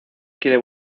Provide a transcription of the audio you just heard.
quiere